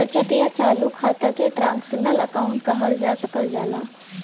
बचत या चालू खाता के ट्रांसक्शनल अकाउंट कहल जा सकल जाला